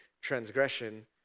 transgression